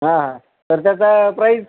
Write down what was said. हां तर त्याचा प्राईस